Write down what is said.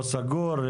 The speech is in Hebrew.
לא סגור,